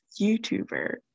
YouTuber